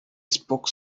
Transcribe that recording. spoke